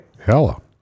Hello